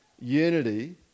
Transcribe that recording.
unity